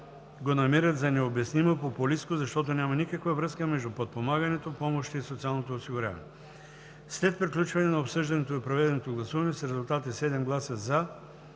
го намират за необяснимо, популистко, защото няма никаква връзка между подпомагането, помощите и социалното осигуряване. След приключване на обсъждането и проведеното гласуване с резултати: 7 гласа